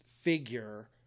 figure